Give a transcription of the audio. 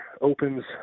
opens